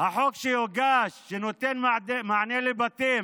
שנותן מענה לבתים